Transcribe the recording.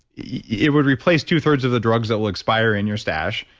yeah it would replace two thirds of the drugs that will expire in your stash,